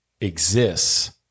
exists